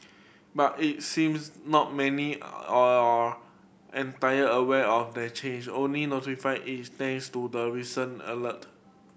but it seems not many are entire aware of the change only notifying it thanks to the recent alert